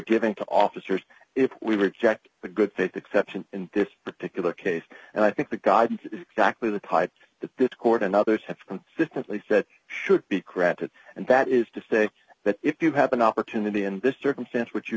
giving to officers if we reject a good faith exception in this particular case and i think the guidance is exactly the type that this court and others have consistently said should be crafted and that is to say that if you have an opportunity in this circumstance w